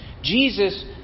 Jesus